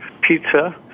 pizza